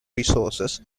resources